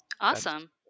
Awesome